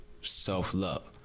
self-love